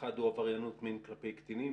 האחד הוא עבריינות מין כלפי קטינים